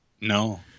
no